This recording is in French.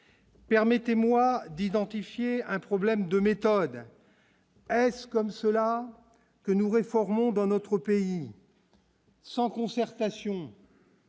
Permettez-moi d'identifier un problème de méthode comme cela que nous réformons dans notre pays. Sans concertation.